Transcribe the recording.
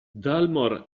dalmor